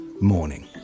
Morning